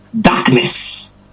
Darkness